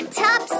top